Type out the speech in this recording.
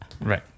right